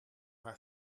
haar